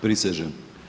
Prisežem.